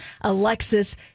Alexis